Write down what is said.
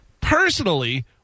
personally